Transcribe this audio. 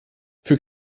für